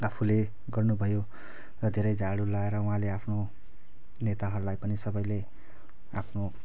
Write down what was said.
आफूले गर्नुभयो र धेरै झाडु लगाएर उहाँले आफ्नो नेताहरूलाई पनि सबैले आफ्नो